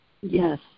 Yes